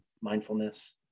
mindfulness